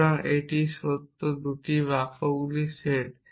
সুতরাং এটি সত্য 2 বাক্যগুলির সেট